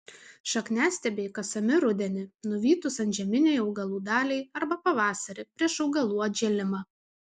šakniastiebiai kasami rudenį nuvytus antžeminei augalų daliai arba pavasarį prieš augalų atžėlimą